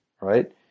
right